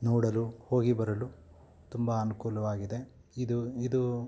ನೋಡಲು ಹೋಗಿ ಬರಲು ತುಂಬ ಅನುಕೂಲವಾಗಿದೆ ಇದು ಇದು